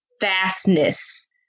vastness